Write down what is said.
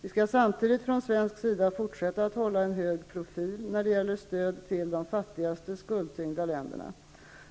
Vi skall samtidigt från svensk sida fortsätta att hålla en hög profil när det gäller stöd till de fattigaste, skuldtyngda länderna.